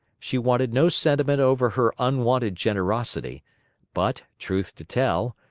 she wanted no sentiment over her unwonted generosity but, truth to tell,